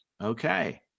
Okay